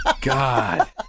God